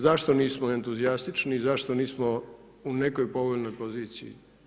Zašto nismo entuzijastični i zašto nismo u nekoj povoljnoj poziciji?